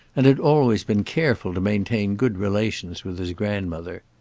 and had always been careful to maintain good relations with his grandmother.